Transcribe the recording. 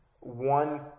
one